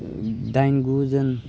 दाइन गु जन